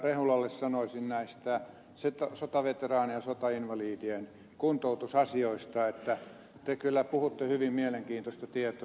rehulalle sanoisin näistä sotaveteraanien ja sotainvalidien kuntoutusasioista että te kyllä puhutte hyvin mielenkiintoista tietoa